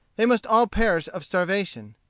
they must all perish of starvation.